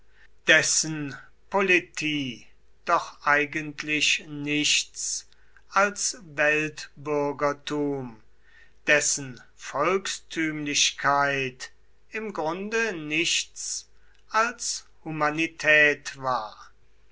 dessen politie doch eigentlich nichts als weltbürgertum dessen volkstümlichkeit im grunde nichts als humanität war